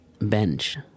bench